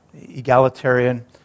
Egalitarian